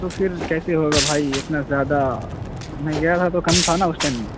تو پھر کیسے ہوگا بھائی اتنا زیادہ میں گیا تھا تو کم تھا نا اس ٹائم میں